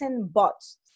bots